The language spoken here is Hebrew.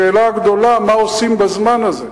השאלה הגדולה היא מה עושים בזמן הזה.